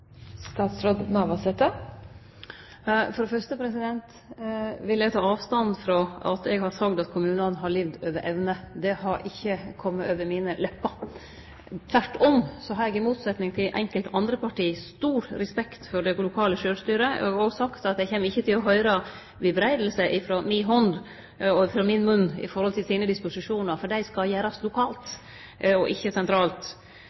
For det fyrste vil eg ta avstand frå at eg har sagt at kommunane har levd over evne. Det har ikkje kome over mine lepper. Tvert om har eg i motsetning til enkelte andre parti stor respekt for det lokale sjølvstyret. Eg har òg sagt at dei kjem ikkje til å høyre bebreidingar frå min munn når det gjeld disposisjonane deira, for dei skal gjerast lokalt og ikkje sentralt.